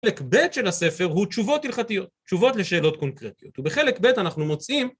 חלק ב' של הספר הוא תשובות הלכתיות, תשובות לשאלות קונקרטיות, ובחלק ב' אנחנו מוצאים